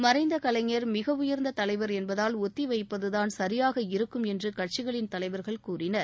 மறைந்த கலைஞர் மிக உயர்ந்த தலைவர் என்பதால் ஒத்தி வைப்பதுதான் சரியாக இருக்கும் என்று கட்சிகளின் தலைவர்கள் கூறினார்